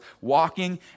walking